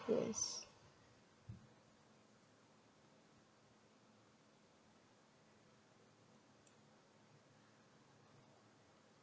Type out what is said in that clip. yes